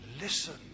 Listen